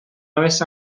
avesse